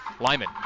Lyman